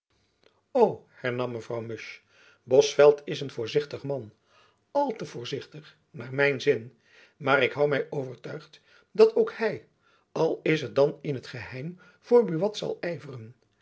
hernam mevrouw musch bosveldt is een voorzichtig man al te voorzichtig naar mijn zin maar ik hoû my overtuigd dat ook hy al is t dan in t geheim voor buat zal yveren